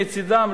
מצדם,